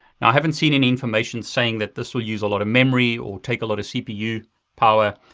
now i haven't seen any information saying that this will use a lot of memory, or take a lot of cpu power.